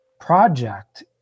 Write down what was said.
project